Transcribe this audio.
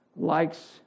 likes